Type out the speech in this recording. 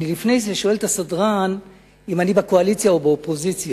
אני לפני זה שואל את הסדרן אם אני בקואליציה או באופוזיציה,